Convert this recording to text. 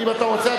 אם אתה רוצה,